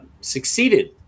succeeded